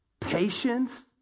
patience